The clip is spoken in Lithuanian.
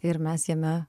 ir mes jame